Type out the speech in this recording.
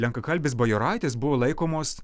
lenkakalbės bajoraitės buvo laikomos